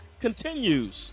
continues